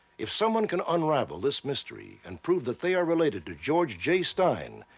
if someone can unravel this mystery and prove that they are related to george j. stein,